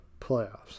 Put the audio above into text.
playoffs